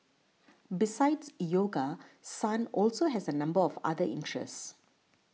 besides yoga Sun also has a number of other interests